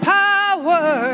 power